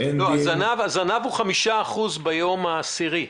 הזנב הוא 5% ביום ה-10.